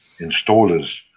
installers